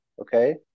Okay